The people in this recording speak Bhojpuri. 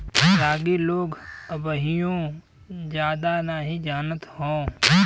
रागी लोग अबहिओ जादा नही जानत हौ